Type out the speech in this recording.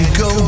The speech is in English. go